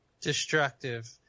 destructive